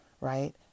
right